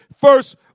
first